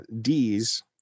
Ds